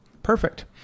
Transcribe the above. Perfect